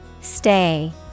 Stay